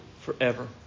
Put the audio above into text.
forever